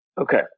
Okay